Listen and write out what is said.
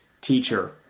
teacher